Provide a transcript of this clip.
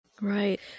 Right